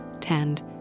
tend